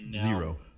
Zero